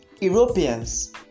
Europeans